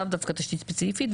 לאו דווקא תשתית ספציפית,